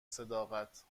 صداقت